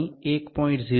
હું અહીં 1